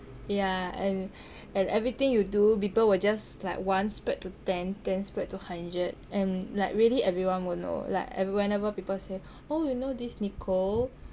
yah and and everything you do people will just like one spread to ten ten spread to hundred and like really everyone will know like and whenever people say oh you know this nicole